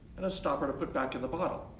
and a stopper to put back in the bottle.